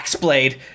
Blade